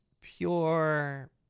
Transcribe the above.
pure